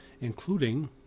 including